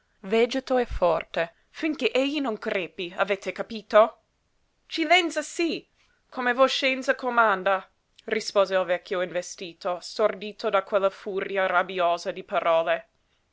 vegeto e forte finché egli non crepi avete capito cillenzasí come voscenza comanda rispose il vecchio investito stordito da quella furia rabbiosa di parole